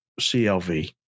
CLV